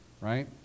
right